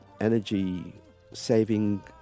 energy-saving